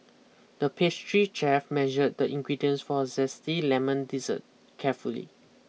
the pastry chef measured the ingredients for a zesty lemon dessert carefully